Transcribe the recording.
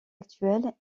actuellement